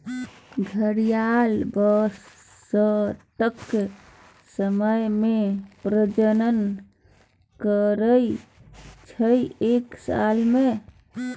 घड़ियाल बसंतक समय मे प्रजनन करय छै एक साल मे